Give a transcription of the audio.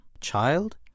child